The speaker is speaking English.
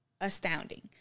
astounding